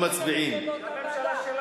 אתה רוצה שגם הרשות השופטת,